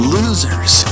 Losers